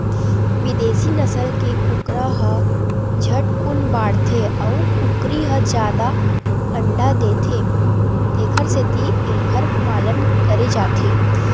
बिदेसी नसल के कुकरा ह झटकुन बाड़थे अउ कुकरी ह जादा अंडा देथे तेखर सेती एखर पालन करे जाथे